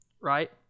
right